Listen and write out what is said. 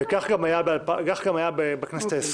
וכך גם היה בכנסת ה-20.